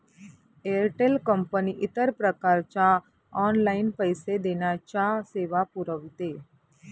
Airtel company इतर प्रकारच्या online पैसे देण्याच्या सेवा पुरविते